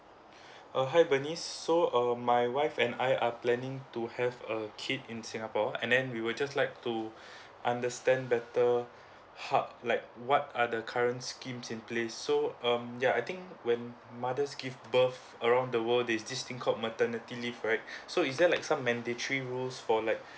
uh hi bernice so um my wife and I are planning to have a kid in singapore and then we will just like to understand better how~ like what are the current scheme in place so um ya I think when mothers give birth around the world there is this thing called maternity leave right so is there like some mandatory rules for like